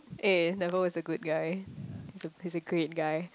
eh never was a good guy he's he's a great guy